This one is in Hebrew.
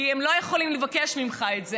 כי הם לא יכולים לבקש ממך את זה,